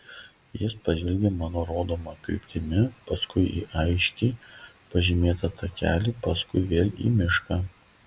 jis pažvelgė mano rodoma kryptimi paskui į aiškiai pažymėtą takelį paskui vėl į mišką